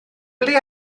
ble